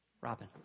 Robin